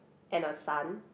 and a sun